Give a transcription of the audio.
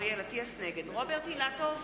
רוברט אילטוב,